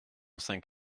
cinq